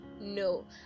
no